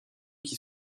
qui